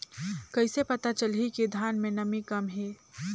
कइसे पता चलही कि धान मे नमी कम हे?